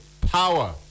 power